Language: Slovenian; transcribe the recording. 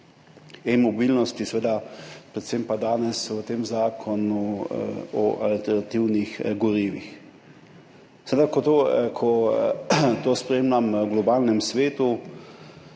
e-mobilnosti, predvsem pa danes v tem zakonu o alternativnih gorivih. Ko to spremljam v globalnem svetu,